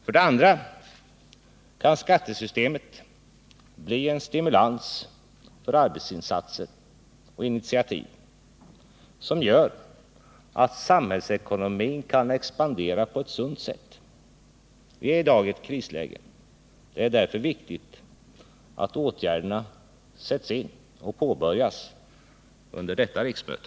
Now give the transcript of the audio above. För det andra kan skattesystemet bli en stimulans för arbetsinsatser och initiativ, som gör att samhällsekonomin kan expandera på ett sunt sätt. Vi är i dag i ett krisläge. Det är därför viktigt att åtgärderna påbörjas under detta riksmöte.